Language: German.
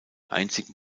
einzigen